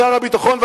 שר הביטחון,